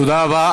תודה רבה.